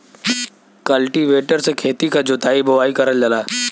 cultivator से खेती क जोताई बोवाई करल जाला